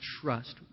trust